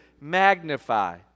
magnify